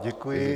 Děkuji.